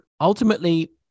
ultimately